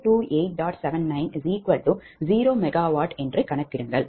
79 0 MW என்று கணக்கிடுங்கள்